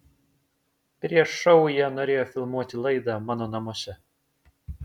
prieš šou jie norėjo filmuoti laidą mano namuose